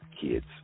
kids